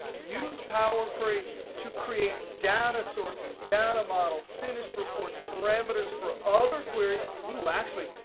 use power query to create data sources, data models, finished reports, parameters for other queries ooh, actually,